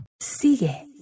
Sigue